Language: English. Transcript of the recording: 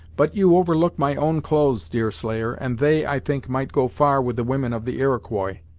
but you overlook my own clothes, deerslayer, and they, i think, might go far with the women of the iroquois.